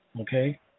Okay